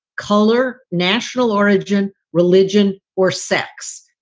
color, national origin, religion or sex.